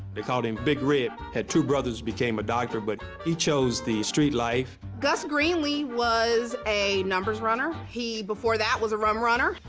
they called him big red. had two brothers became a doctor, but he chose the street life. gus greenlee was a numbers runner. he, before that, was a rum runner.